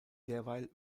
derweil